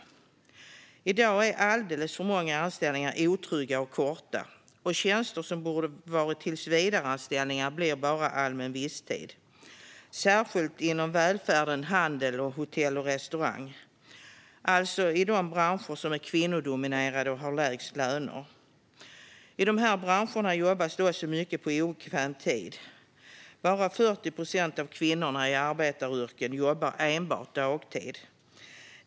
I dag är alldeles för många anställningar otrygga och korta, och tjänster som borde vara tillsvidareanställningar blir bara allmän visstid - särskilt inom välfärd, handel och hotell och restaurang, alltså i de branscher som är kvinnodominerade och har lägst löner. I de här branscherna jobbas det också mycket på obekväm tid. Bara 40 procent av kvinnorna i arbetaryrken jobbar enbart dagtid.